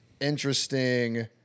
interesting